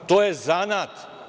To je zanat.